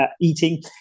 eating